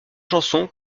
chanson